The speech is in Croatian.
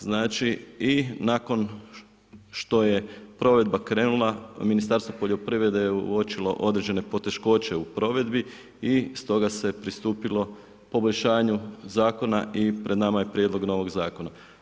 Znači i nakon što je provedba krenula Ministarstvo poljoprivrede je uočilo određene poteškoće u provedbi i stoga se je pristupilo poboljšanju zakona i pred nama je prijedlog novog zakona.